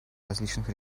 различных